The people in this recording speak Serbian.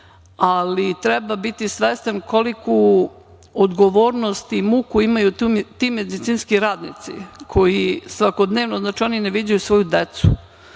potrebe. Treba biti svestan koliku odgovornost i muku imaju ti medicinski radnici koji svakodnevno, znači, oni ne viđaju svoju decu.